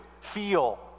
feel